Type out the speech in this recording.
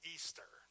Easter